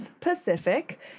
Pacific